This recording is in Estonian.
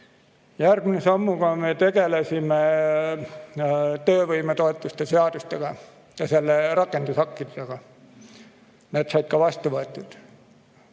Järgmise sammuna me tegelesime töövõimetoetuse seadusega ja selle rakendusaktidega. Need said ka vastu võetud.